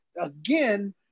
again